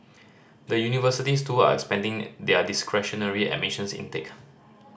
the universities too are expanding their discretionary admissions intake